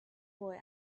boy